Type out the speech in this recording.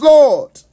Lord